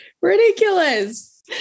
ridiculous